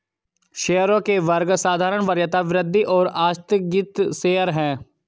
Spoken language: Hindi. शेयरों के वर्ग साधारण, वरीयता, वृद्धि और आस्थगित शेयर हैं